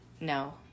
No